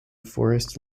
forest